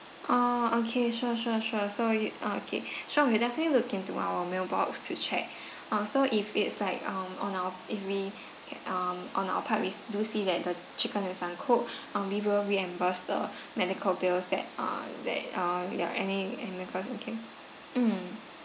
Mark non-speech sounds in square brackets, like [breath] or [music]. oh okay sure sure sure so you okay [breath] sure we'll definitely look into our mailbox to check [breath] oh so if it's like um on our if we [breath] um on our part we do see that the chicken is uncooked [breath] um we will reimburse the [breath] medical bills that um that uh there any mm